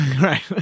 right